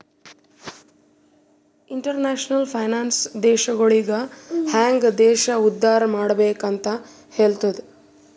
international finance ದೇಶಗೊಳಿಗ ಹ್ಯಾಂಗ್ ದೇಶ ಉದ್ದಾರ್ ಮಾಡ್ಬೆಕ್ ಅಂತ್ ಹೆಲ್ತುದ